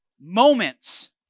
moments